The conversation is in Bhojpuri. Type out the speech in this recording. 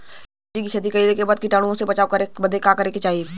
सब्जी के खेती कइला के बाद कीटाणु से बचाव करे बदे का करे के चाही?